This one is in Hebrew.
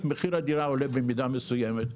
מחיר הדירה עולה במידה מסוימת.